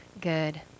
good